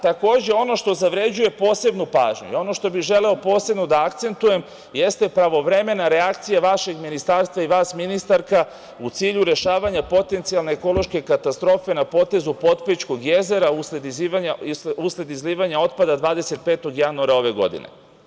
Takođe, ono što zavređuje posebnu pažnju i ono što bi želeo posebno da akcentujem jeste pravovremena reakcija vašeg ministarstva i vas ministarka u cilju rešavanja potencijalne ekološke katastrofe na potezu Potpećkog jezera usled izlivanja otpada 25. januara ove godine.